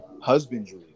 husbandry